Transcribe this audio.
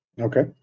Okay